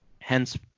hence